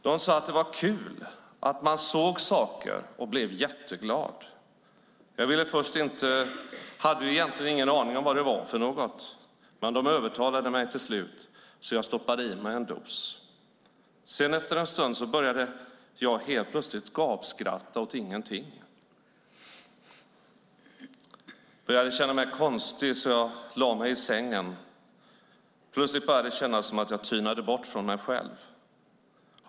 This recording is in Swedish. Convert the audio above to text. De sade att det var kul, att man såg saker och blev jätteglad. Jag ville först inte, hade ju egentligen ingen aning om vad det var för något. Men de övertalade mig till slut, så jag stoppade i mig en dos. Sedan efter en stund så började jag helt plötsligt gapskratta åt ingenting, började känna mig konstig, så jag lade mig i sängen. Plötsligt började det kännas som att jag tynade bort från mig själv.